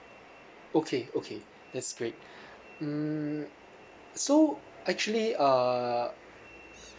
okay okay that's great mm so actually uh